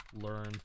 Learn